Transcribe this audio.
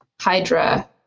Hydra